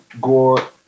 gore